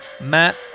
Matt